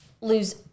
lose